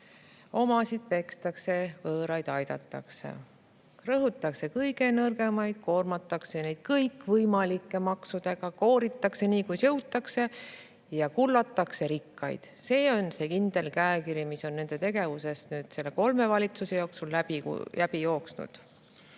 Omasid pekstakse, võõraid aidatakse, rõhutakse kõige nõrgemaid, koormatakse neid kõikvõimalike maksudega, kooritakse nii, kuis jõutakse, ja kullatakse rikkaid. See on see kindel käekiri, mis on nende tegevusest selle kolme valitsuse jooksul läbi jooksnud. Aga